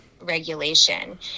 Regulation